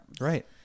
Right